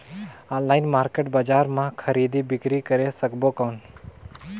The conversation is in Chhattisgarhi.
ऑनलाइन मार्केट बजार मां खरीदी बीकरी करे सकबो कौन?